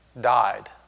died